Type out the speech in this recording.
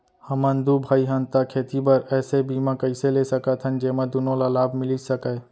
हमन दू भाई हन ता खेती बर ऐसे बीमा कइसे ले सकत हन जेमा दूनो ला लाभ मिलिस सकए?